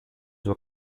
were